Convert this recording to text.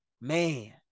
man